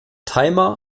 timer